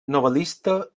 novel·lista